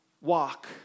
walk